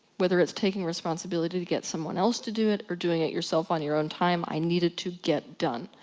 whether it's taking responsibility to get someone else to do it, or doing it yourself on your own time, i need it to get done.